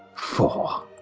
Four